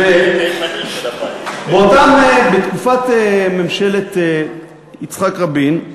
ואותם, בתקופת ממשלת יצחק רבין,